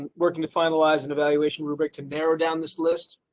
and working to finalize an evaluation rubric to narrow down this list.